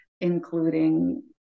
including